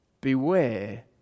Beware